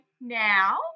now